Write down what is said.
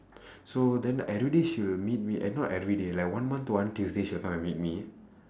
so then every day she will meet me eh not every day like one month to one tuesday she will come and meet me